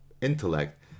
intellect